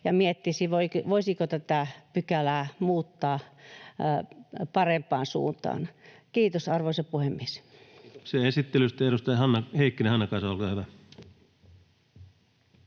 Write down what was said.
ja miettisi, voisiko tätä pykälää muuttaa parempaan suuntaan. — Kiitos, arvoisa puhemies. Kiitoksia esittelystä. — Edustaja Heikkinen, Hannakaisa, olkaa hyvä.